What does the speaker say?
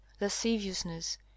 lasciviousness